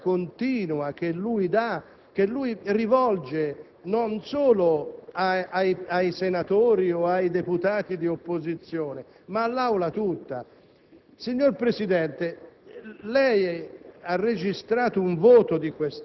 sulla sicurezza del Papa, ma anche l'offesa continua che rivolge non solo ai senatori o ai deputati di opposizione ma all'Aula tutta. Signor Presidente,